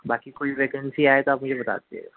باقی کوئی وکینسی آئے تو آپ مجھے بتا دیجیے گا